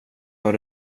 har